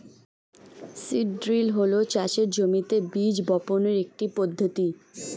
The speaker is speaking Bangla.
সিড ড্রিল হল চাষের জমিতে বীজ বপনের একটি পদ্ধতি